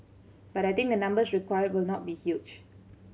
but I think the numbers required will not be huge